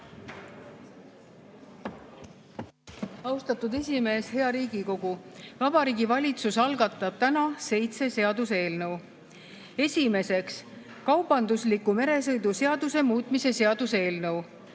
Austatud esimees! Hea Riigikogu! Vabariigi Valitsus algatab täna seitse seaduseelnõu. Esiteks, kaubandusliku meresõidu seaduse muutmise seaduse eelnõu.